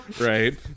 Right